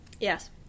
Yes